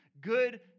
good